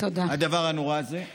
הדבר הנורא הזה.